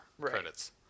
credits